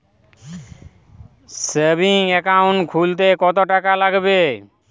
Savings account খুলতে কতটাকা লাগবে?